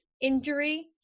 injury